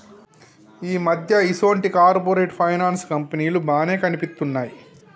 ఈ మధ్య ఈసొంటి కార్పొరేట్ ఫైనాన్స్ కంపెనీలు బానే కనిపిత్తున్నయ్